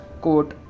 quote